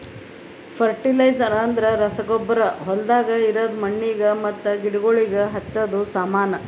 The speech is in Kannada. ಫರ್ಟಿಲೈಜ್ರ್ಸ್ ಅಂದ್ರ ರಸಗೊಬ್ಬರ ಹೊಲ್ದಾಗ ಇರದ್ ಮಣ್ಣಿಗ್ ಮತ್ತ ಗಿಡಗೋಳಿಗ್ ಹಚ್ಚದ ಸಾಮಾನು